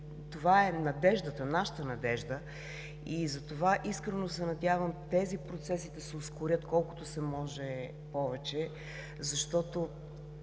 хора и това е нашата надежда. Затова искрено се надявам тези процеси да се ускорят колкото се може повече, защото